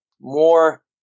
more